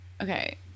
okay